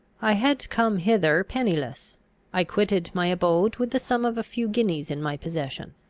i had come hither pennyless i quitted my abode with the sum of a few guineas in my possession,